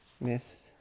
Miss